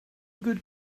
good